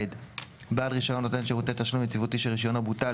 בעל רישיון נותן שירותי תשלום יציבותי שרישיונו בוטל,